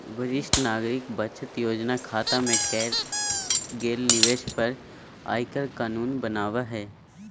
वरिष्ठ नागरिक बचत योजना खता में करल गेल निवेश पर आयकर कानून बना हइ